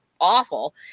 awful